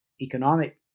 economic